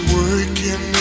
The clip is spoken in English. working